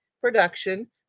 production